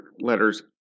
letters